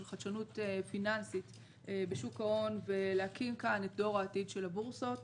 חדשנות פיננסית בשוק ההון ולהקים כאן את דור העתיד של הבורסות,